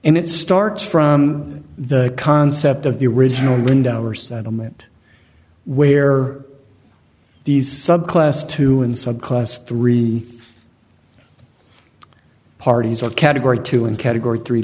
and it starts from the concept of the original window or settlement where these subclass two and subclass three parties are category two and category three